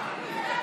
איך את נגד,